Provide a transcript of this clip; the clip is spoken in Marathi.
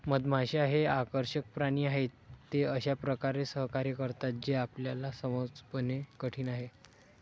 मधमाश्या हे आकर्षक प्राणी आहेत, ते अशा प्रकारे सहकार्य करतात जे आपल्याला समजणे कठीण आहे